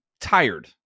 tired